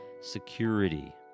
security